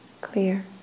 clear